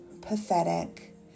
pathetic